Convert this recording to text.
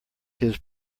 his